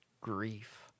grief